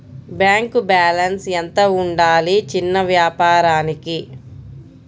Bank balance ఎంత ఉండాలి చిన్న వ్యాపారానికి?